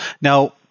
Now